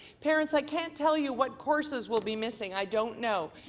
parents i can't tell you what courses will be missing, i don't know.